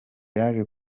yaje